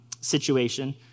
situation